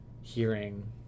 hearing